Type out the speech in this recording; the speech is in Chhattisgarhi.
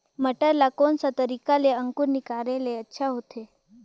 मटर ला कोन सा तरीका ले अंकुर निकाले ले अच्छा होथे?